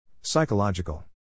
Psychological